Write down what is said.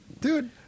Dude